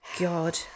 god